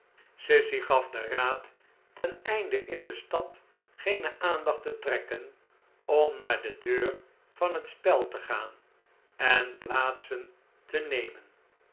sissy gaf den raad ten einde in de stad geene aandacht te trekken om na ar de deur van het spel te gaan en plaatsen te nemen